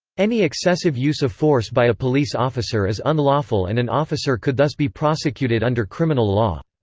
any excessive use of force by a police officer is unlawful and an officer could thus be prosecuted under criminal law.